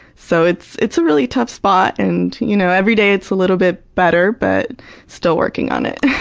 so it's it's a really tough spot and you know every day, it's a little bit better, but still working on it.